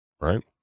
right